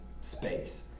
space